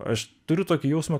aš turiu tokį jausmą